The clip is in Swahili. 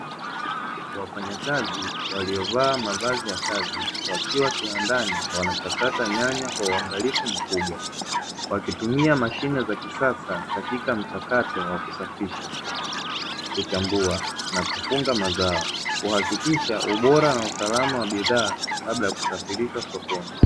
Wafanyakazi waliovaa mavazi ya kazi, wakiwa kiwandani wanachakata nyanya kwa uangalifu mkubwa wakitumia mashine za kisasa katika mchakato wa kusafisha, kuchambua na kufunga mazao kuhakikisha ubora na ubora wa bidhaa kabla ya kusafirisha sokoni.